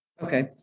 Okay